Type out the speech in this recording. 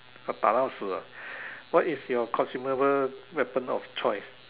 要打到死啊 what is your consumable weapon of choice